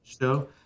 show